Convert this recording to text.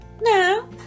Now